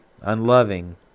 unloving